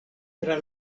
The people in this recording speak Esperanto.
tra